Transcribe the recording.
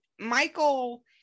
Michael